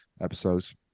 episodes